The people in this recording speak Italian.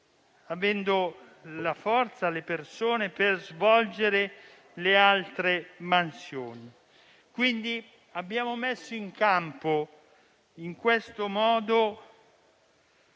avendo la forza e il personale per svolgere le altre mansioni. Abbiamo messo in campo in questo modo